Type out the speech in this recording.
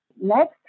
Next